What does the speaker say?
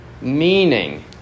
Meaning